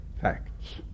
facts